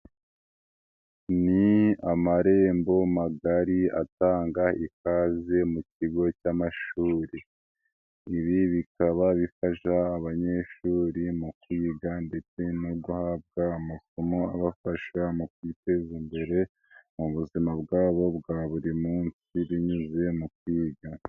Ni amarembo magari atanga ikaze mu kigo cy'amashuri, ibi bikaba bifasha abanyeshuri mu kwiga ndetse no guhabwa amasomo abafasha mu kwiteza imbere mu buzima bwabo bwa buri munsi binyuze mu kwiga.